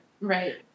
Right